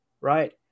right